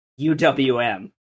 UWM